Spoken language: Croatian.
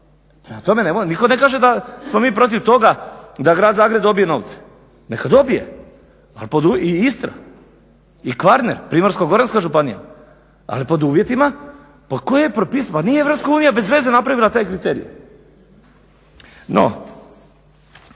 Prema tome, nitko ne kaže da smo mi protiv toga da Grad Zagreb dobije novce, neka dobije, i Istra i Kvarner, Primorsko-goranska županija ali pod uvjetima koje je propisana, pa nije Europska unija bezveze napravila taj kriterij.